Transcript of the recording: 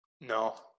No